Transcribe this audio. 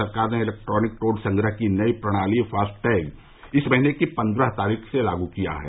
सरकार ने electronic toll संग्रह की नई प्रणाली फास्टैग इस महीने की पन्द्रह तारीख से लागू की है